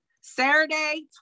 Saturday